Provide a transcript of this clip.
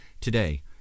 today